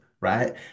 right